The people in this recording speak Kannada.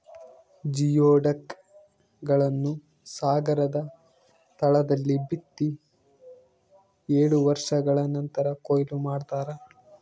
ಜಿಯೊಡಕ್ ಗಳನ್ನು ಸಾಗರದ ತಳದಲ್ಲಿ ಬಿತ್ತಿ ಏಳು ವರ್ಷಗಳ ನಂತರ ಕೂಯ್ಲು ಮಾಡ್ತಾರ